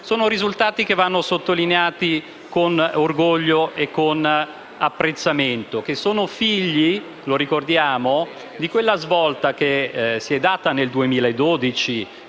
Sono risultati che vanno sottolineati con orgoglio e apprezzamento, figli - lo ricordiamo - di quella svolta che è stata data nel 2012